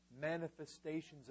manifestations